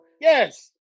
Yes